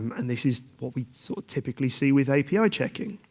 and this is what we so typically see with api checking.